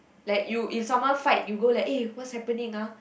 like you if someone fight you go like eh what's happening ah